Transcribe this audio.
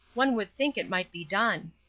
one would think it might be done.